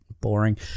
boring